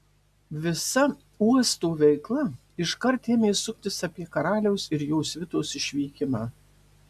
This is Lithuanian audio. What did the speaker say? visa uosto veikla iškart ėmė suktis apie karaliaus ir jo svitos išvykimą